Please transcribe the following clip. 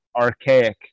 archaic